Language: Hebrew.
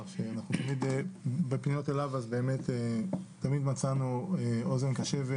שתמיד בפניות אליו אז באמת תמיד מצאנו אוזן קשבת